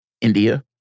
India